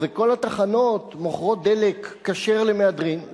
וכל התחנות מוכרות דלק כשר למהדרין,